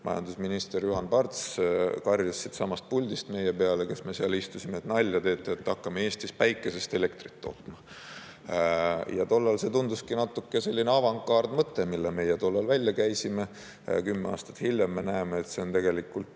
majandusminister Juhan Parts karjus siitsamast puldist meie peale, kes me seal istusime, et nalja teete, et hakkame Eestis päikesest elektrit tootma. Ja tollal see tunduski natuke selline avangardmõte, mille meie tollal välja käisime. Kümme aastat hiljem me näeme, et tegelikult